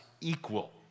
equal